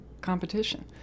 competition